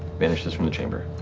vanishes from the chamber.